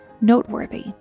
noteworthy